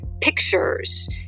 pictures